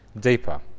deeper